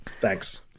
Thanks